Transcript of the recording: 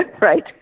Right